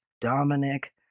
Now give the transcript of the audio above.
Dominic